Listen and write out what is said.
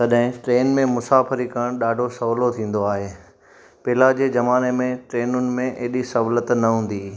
तॾहिं ट्रेन में मुसाफ़िरी करणु ॾाढो सहुलो थींदो आहे पेहला जे ज़माने में ट्रेनुनि में एॾी सहुलियत न हूंदी हुई